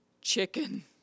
Chicken